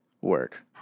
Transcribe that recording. work